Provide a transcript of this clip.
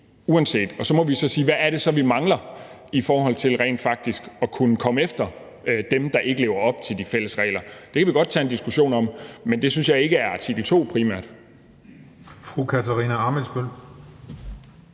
og så må vi så se på, hvad vi mangler for rent faktisk at kunne komme efter dem, der ikke lever op til de fælles regler. Det kan vi godt tage en diskussion om, men det synes jeg ikke primært